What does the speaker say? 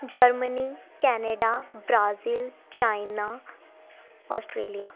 Germany Canada Brazil China Australia